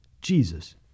Jesus